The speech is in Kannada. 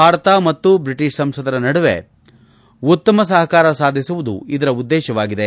ಭಾರತ ಮತ್ತಯ ಬ್ರಿಟಿಷ್ ಸಂಸದರ ನಡುವೆ ಉತ್ತಮ ಸಹಕಾರ ಸಾಧಿಸುವುದು ಇದರ ಉದ್ದೇಶವಾಗಿದೆ